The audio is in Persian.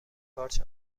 پارچ